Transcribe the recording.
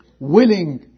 Willing